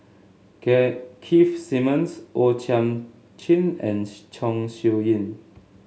Keith Simmons O Thiam Chin and Chong Siew Ying